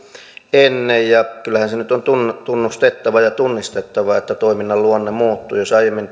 ennen ja kyllähän se nyt on tunnustettava ja tunnistettava että toiminnan luonne muuttuu jos aiemmin